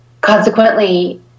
consequently